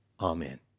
Amen